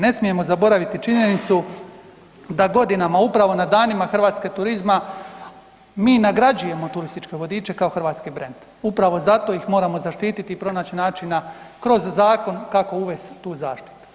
Ne smijemo zaboraviti činjenicu da godinama upravo na danima hrvatskog turizma, mi nagrađuje turističke vodiče kao hrvatski brand, upravo zato ih moramo zaštititi i probati način kroz zakon kako uvest tu zaštitu.